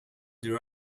there